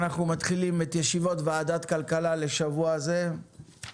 אנחנו מתחילים את ישיבת ועדת כלכלה לשבוע זה.